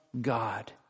God